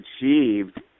achieved